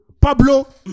pablo